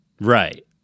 Right